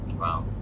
Wow